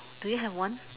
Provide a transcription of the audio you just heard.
do you have one